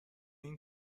این